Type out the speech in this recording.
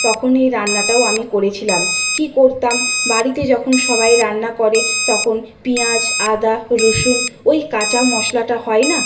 তখন এই রান্নাটাও আমি করেছিলাম কী করতাম বাড়িতে যখন সবাই রান্না করে তখন পিঁয়াজ আদা রসুন ওই কাঁচা মশলাটা হয় না